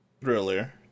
thriller